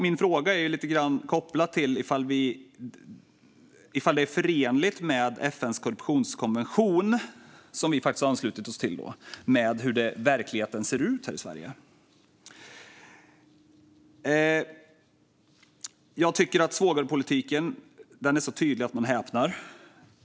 Min fråga är om verkligheten, som den ser ut här i Sverige, är förenlig med FN:s korruptionskonvention, som Sverige har anslutit sig till. Jag tycker att svågerpolitiken är så tydlig att man häpnar.